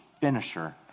finisher